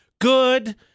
Good